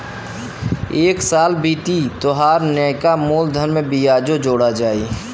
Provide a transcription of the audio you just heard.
एक साल बीती तोहार नैका मूलधन में बियाजो जोड़ा जाई